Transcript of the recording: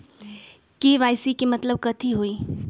KYC के मतलब कथी होई?